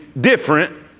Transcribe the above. different